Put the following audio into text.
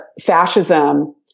fascism